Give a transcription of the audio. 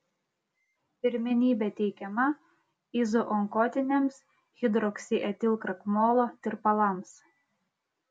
pirmenybė teikiama izoonkotiniams hidroksietilkrakmolo tirpalams